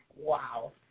Wow